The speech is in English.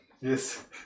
Yes